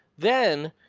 then,